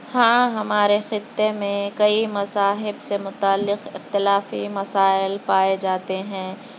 ہاں ہمارے خطے میں کئی مذاہب سے متعلق اختلافی مسائل پائے جاتے ہیں